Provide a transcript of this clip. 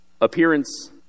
appearance